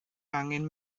angan